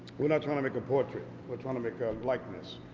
we're not trying to make a portrait, we're trying to make a likeness.